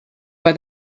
bei